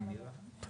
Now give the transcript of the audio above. כלומר,